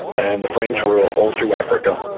and the french were all through africa.